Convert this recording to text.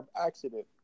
accident